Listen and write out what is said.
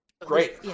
Great